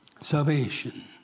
salvation